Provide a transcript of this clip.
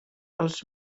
els